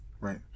Right